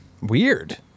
weird